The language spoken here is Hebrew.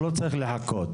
הוא לא צריך לחכות.